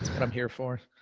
what i'm here for,